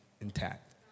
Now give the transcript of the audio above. intact